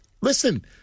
listen